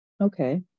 okay